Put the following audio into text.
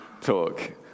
talk